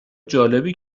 جالبی